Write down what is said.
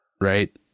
right